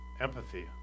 empathy